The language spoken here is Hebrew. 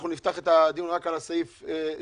אנחנו נפתח את הדיון רק על הסעיף שיוקרא.